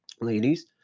ladies